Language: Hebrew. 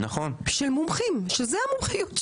של מומחים שזה המומחיות שלהם,